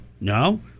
No